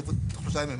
שלושה ימים.